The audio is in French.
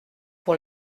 pour